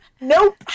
nope